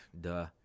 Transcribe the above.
duh